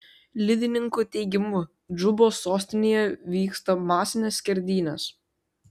liudininkų teigimu džubos sostinėje vyksta masinės skerdynės